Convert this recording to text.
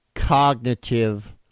cognitive